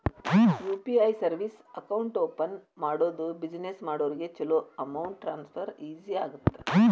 UPI service account open ಮಾಡೋದು business ಮಾಡೋರಿಗ ಚೊಲೋ ಅಮೌಂಟ್ ಟ್ರಾನ್ಸ್ಫರ್ ಈಜಿ ಆಗತ್ತ